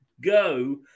go